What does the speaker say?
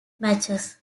matches